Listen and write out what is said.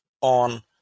on